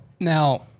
now